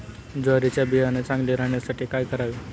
ज्वारीचे बियाणे चांगले राहण्यासाठी काय करावे?